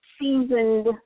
seasoned